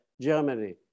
Germany